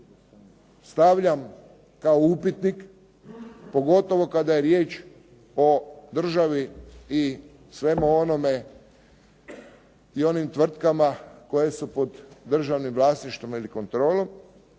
stavljam kao upitnik, pogotovo kada je riječ o državi i svemu onome i onim tvrtkama koje su pod državnim vlasništvom ili kontrolom.